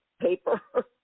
paper